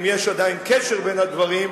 אם יש עדיין קשר בין הדברים,